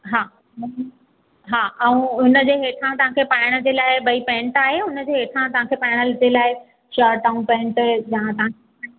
हा हा ऐं हुनजे हेठियां तव्हांखे पाइण जे लाइ भई पेन्ट आहे हुनजे हेठां तव्हांखे पाइण जे लाइ शर्ट ऐं पेन्ट या तव्हांखे